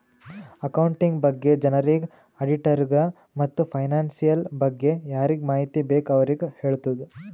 accounting ಬಗ್ಗೆ ಜನರಿಗ್, ಆಡಿಟ್ಟರಿಗ ಮತ್ತ್ ಫೈನಾನ್ಸಿಯಲ್ ಬಗ್ಗೆ ಯಾರಿಗ್ ಮಾಹಿತಿ ಬೇಕ್ ಅವ್ರಿಗ ಹೆಳ್ತುದ್